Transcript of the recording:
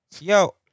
Yo